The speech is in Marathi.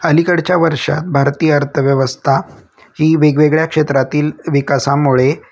अलीकडच्या वर्षात भारतीय अर्थव्यवस्था ही वेगवेगळ्या क्षेत्रातील विकासामुळे